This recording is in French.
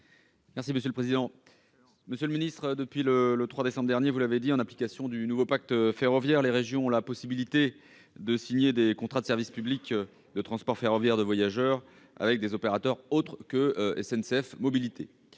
Monsieur le secrétaire d'État, depuis le 3 décembre dernier, en application du nouveau pacte ferroviaire, les régions ont la possibilité de signer des contrats de service public de transport ferroviaire de voyageurs avec des opérateurs autres que SNCF Mobilités.